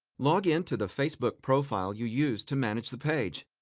log in to the facebook profile you use to manage the page.